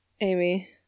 Amy